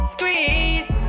Squeeze